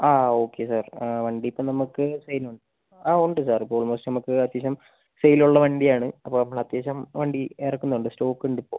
ആ okay sir വണ്ടി ഇപ്പം നമുക്ക് സെയിൽ ഉണ്ട് ആ ഉണ്ട് സാർ ഇപ്പോൾ ഓൾമോസ്റ്റ് നമുക്ക് അത്യാവശ്യം സെയിൽ ഉള്ള വണ്ടി ആണ് അപ്പോൾ നമ്മൾ അത്യാവശ്യം വണ്ടി ഇറക്കുന്നുണ്ട് സ്റ്റോക്ക് ഉണ്ട് ഇപ്പോൾ